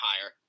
higher